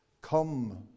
Come